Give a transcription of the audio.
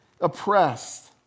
oppressed